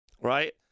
right